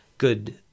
good